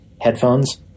headphones